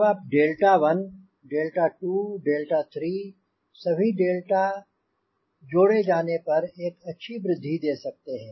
जब आप delta 1 delta 2 delta 3 सभी डेल्टा जोड़े जाने पर एक अच्छी वृद्धि दे सकते हैं